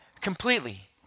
completely